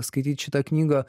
skaityt šitą knygą